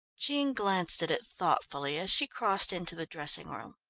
jean glanced at it thoughtfully as she crossed into the dressing-room.